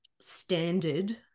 standard